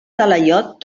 talaiot